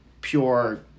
pure